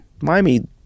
Miami